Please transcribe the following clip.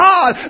God